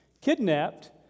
kidnapped